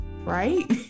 right